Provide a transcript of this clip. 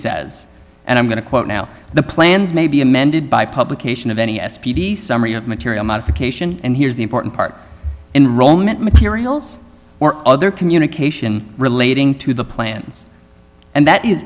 says and i'm going to quote now the plans may be amended by publication of any s p d summary of material modification and here's the important part in roman materials or other communication relating to the plans and that is